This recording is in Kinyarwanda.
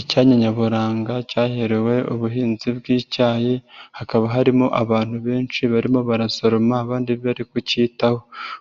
Icyanya nyaburanga cyaherewe ubuhinzi bw'icyayi hakaba harimo abantu benshi barimo barasoroma abandi bari kukitaho,